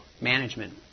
management